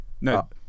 no